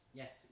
yes